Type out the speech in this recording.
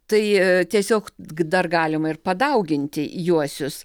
tai tiesiog dar galima ir padauginti juosius